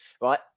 right